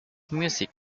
music